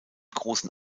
großen